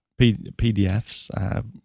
PDFs